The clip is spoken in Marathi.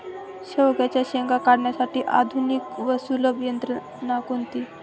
शेवग्याच्या शेंगा काढण्यासाठी आधुनिक व सुलभ यंत्रणा कोणती?